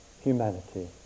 humanity